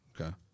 Okay